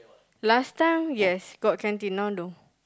last time yes got canteen now no